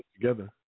together